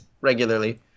regularly